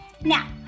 Now